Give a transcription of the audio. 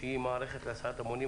שהיא מערכת להסעת המונים,